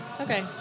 okay